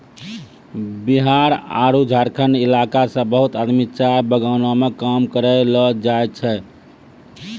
बिहार आरो झारखंड इलाका सॅ बहुत आदमी चाय बगानों मॅ काम करै ल जाय छै